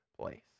place